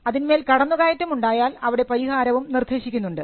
അതിന്മേൽ കടന്നുകയറ്റം ഉണ്ടായാൽ അവിടെ പരിഹാരവും നിർദേശിക്കുന്നുണ്ട്